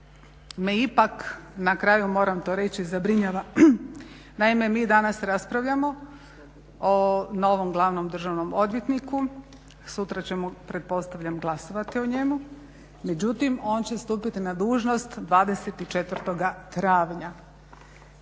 me ipak na kraju moram to reći zabrinjava. Naime, mi danas raspravljamo o novom glavnom državnom odvjetniku, sutra ćemo pretpostavljam glasovati o njemu, međutim on će stupiti na dužnost 24. travnja.